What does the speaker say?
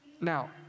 Now